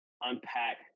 unpack